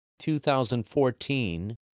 2014